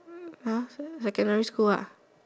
!huh! secondary school ah